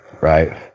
right